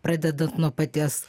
pradedant nuo paties